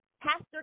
Pastor